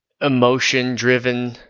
emotion-driven